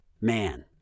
man